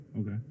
Okay